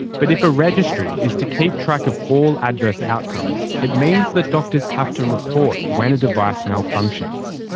but if a registry is to keep track of all adverse outcomes, it means that doctors have to report when a device malfunctions.